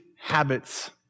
habits